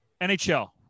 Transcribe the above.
nhl